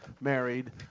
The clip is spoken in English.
married